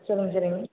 சரிங்க சரிங்க